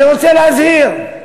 אני רוצה להזהיר: